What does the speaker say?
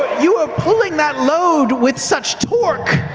you were pulling that load with such torque.